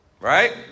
Right